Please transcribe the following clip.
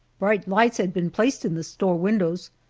bright lights had been placed in the store windows,